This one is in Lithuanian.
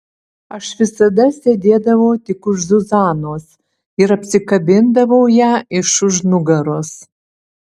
aš visada sėdėdavau tik už zuzanos ir apsikabindavau ją iš už nugaros